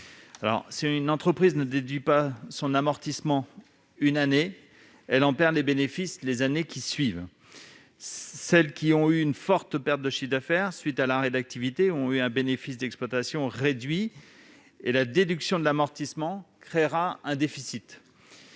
Si une entreprise ne déduit pas son amortissement une année, elle en perd le bénéfice les années suivantes. Celles qui ont eu une forte perte de chiffre d'affaires à la suite de l'arrêt d'activité ont eu un bénéfice d'exploitation réduit et la déduction de l'amortissement créera un déficit.